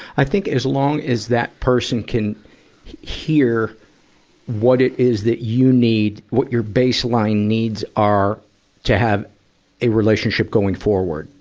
i think as long as that person can hear what it is that you need, what your baseline needs are to have a relationship going forward,